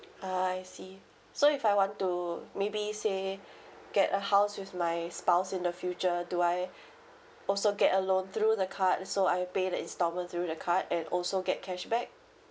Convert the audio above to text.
ah I see so if I want to maybe say get a house with my spouse in the future do I also get a loan through the card so I pay the instalment through the card and also get cashback